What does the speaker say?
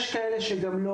ויש כאלה שלא.